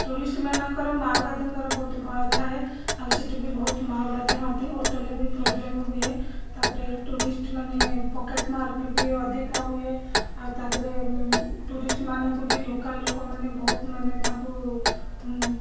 ଟୁରିଷ୍ଟମାନଙ୍କର ମାଆବାଦୀଙ୍କର ବହୁତ ଭୟ ଥାଏ ଆଉ ସେଠି ବି ବହୁତ ମାଓବାଦୀ ହଅନ୍ତି ହୋଟେଲ ବି ପ୍ରୋବ୍ଲେମ୍ ହୁଏ ତାପରେ ଟୁରିଷ୍ଟ ମାନେ ପକେଟ୍ ମାର୍କ ବି ଅଧିକା ହୁଏ ଆଉ ତା' ଦେହରେ ଟୁରିଷ୍ଟ ମାନଙ୍କୁ ବି ଲୋକାଲ ଲୋକମାନେ ବହୁତ ମାନେ ତାଙ୍କୁ